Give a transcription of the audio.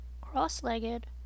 cross-legged